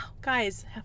Guys